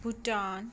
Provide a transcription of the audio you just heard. Bhutan